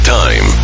time